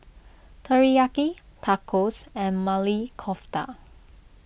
Teriyaki Tacos and Maili Kofta